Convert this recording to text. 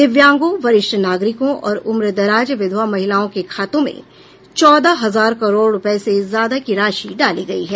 दिव्यांगों वरिष्ठ नागरिकों और उम्रदराज विधवा महिलाओं के खातों में चौदह हजार करोड़ रुपये से ज्यादा की राशि डाली गई है